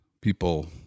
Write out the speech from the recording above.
people